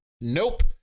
Nope